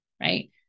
right